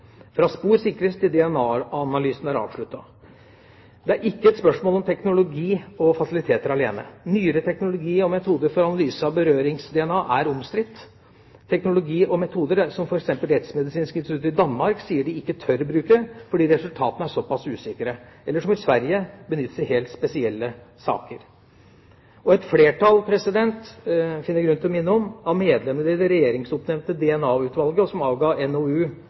fra spor sikres til DNA-analysen er avsluttet. Det er ikke et spørsmål om teknologi og fasiliteter alene. Nyere teknologi og metoder for analyse av berørings-DNA er omstridt – teknologi og metoder som f.eks. Rettsmedisinsk institutt i Danmark sier de ikke tør bruke fordi resultatene er såpass usikre, eller som i Sverige, benyttes i helt spesielle saker. Et flertall, finner jeg grunn til å minne om, av medlemmene i det regjeringsoppnevnte DNA-utvalget og som avga NOU